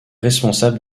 responsable